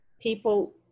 people